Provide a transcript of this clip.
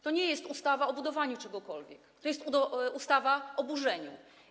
To nie jest ustawa o budowaniu czegokolwiek, to jest ustawa o burzeniu.